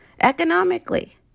economically